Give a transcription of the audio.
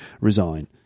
resign